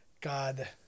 God